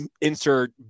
insert